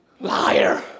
Liar